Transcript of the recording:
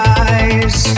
eyes